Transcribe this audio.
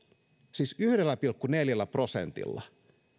siis yhdellä pilkku neljällä prosentilla